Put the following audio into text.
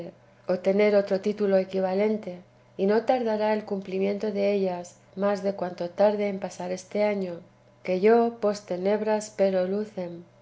tener otro título equivalente y no tardará el cumplimiento de ellas más de cuanto tarde en pasar este año que yo post tenebras spero lucem